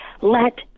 let